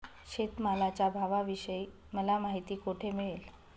शेतमालाच्या भावाविषयी मला माहिती कोठे मिळेल?